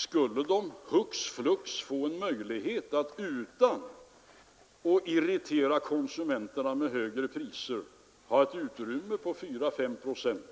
Skulle dessa hux flux få möjlighet, utan att irritera konsumenterna med högre priser, till ett utrymme på 4 till 5 procent,